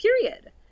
period